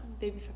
baby